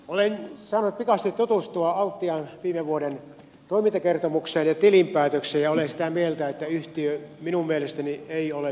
olen saanut pikaisesti tutustua altian viime vuoden toimintakertomukseen ja tilinpäätökseen ja olen sitä mieltä että yhtiö ei ole myyntikunnossa